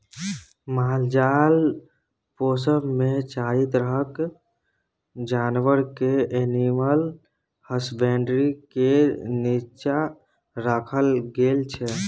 मालजाल पोसब मे चारि तरहक जानबर केँ एनिमल हसबेंडरी केर नीच्चाँ राखल गेल छै